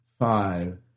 five